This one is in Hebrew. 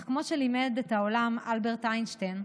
אך כמו שלימד את העולם אלברט איינשטיין,